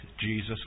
Jesus